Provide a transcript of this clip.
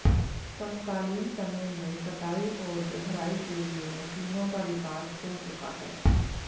समकालीन समय में कटाई और गहराई के लिए मशीनों का विकास हो चुका है